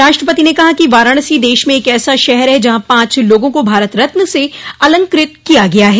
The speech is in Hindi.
राष्ट्रपति ने कहा कि वाराणसी देश में एक ऐसा शहर है जहां पांच लोगों को भारत रत्न से अलंकृत किया गया है